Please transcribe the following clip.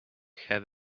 have